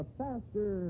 faster